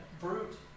Brute